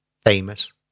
famous